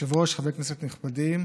היושב-ראש, חברי כנסת נכבדים,